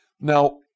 Now